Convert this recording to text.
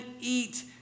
eat